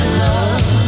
love